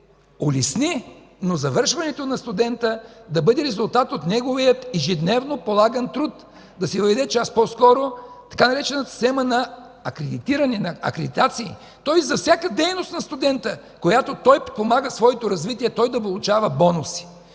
улесни, но завършването на студента да бъде резултат от неговия ежедневно полаган труд, да се въведе час по-скоро така наречената система на акредитация. Тоест за всяка дейност на студента, в която той подпомага своето развитие, той да получава бонус.